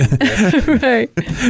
Right